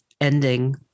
ending